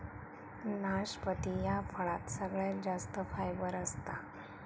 नाशपती ह्या फळात सगळ्यात जास्त फायबर असता